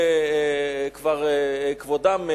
כבר כבודם,